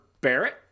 Barrett